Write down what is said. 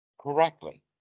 correctly